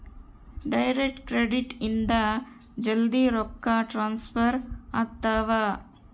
direct credit ಇಂದ ಜಲ್ದೀ ರೊಕ್ಕ ಟ್ರಾನ್ಸ್ಫರ್ ಆಗ್ತಾವ